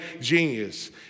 genius